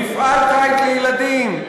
מפעל קיט לילדים,